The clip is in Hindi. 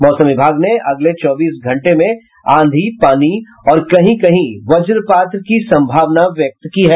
मौसम विभाग ने अगले चौबीस घंटे में आंधी पानी और कहीं कहीं वज्रपात की संभावना व्यक्त की है